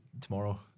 tomorrow